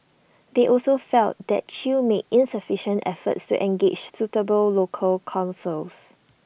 they also felt that chew made insufficient efforts to engage suitable local counsels